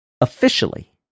officially